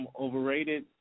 overrated